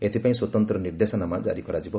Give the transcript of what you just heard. ଏଥପାଇଁ ସ୍ୱତନ୍ତ ନିର୍ଦ୍ଦେଶାନାମା କାରି କରାଯିବ